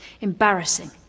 embarrassing